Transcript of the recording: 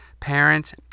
parents